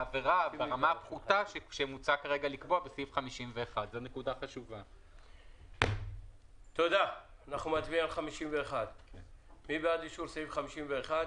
לעבירה ברמה הפחותה שמוצע כרגע לקבוע בסעיף 51. מי בעד אישור סעיף 51?